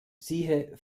siehe